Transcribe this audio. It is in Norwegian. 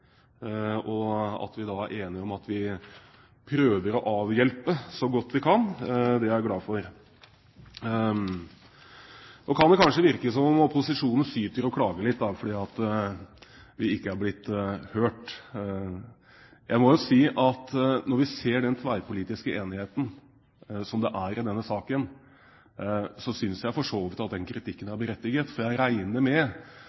At vi da er enige om at vi prøver å avhjelpe situasjonen for dem så godt vi kan, er jeg glad for. Nå kan det kanskje virke som om opposisjonen syter og klager litt fordi vi ikke har blitt hørt. Jeg må jo si at når vi ser den tverrpolitiske enigheten som er i denne saken, synes jeg for så vidt den kritikken er berettiget. Jeg regner med